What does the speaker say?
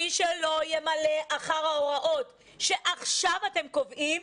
מי שלא ימלא אחר ההוראות שעכשיו אתם קובעים,